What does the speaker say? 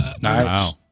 Nice